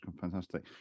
fantastic